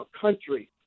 country